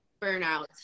burnout